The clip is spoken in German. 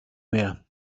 mehr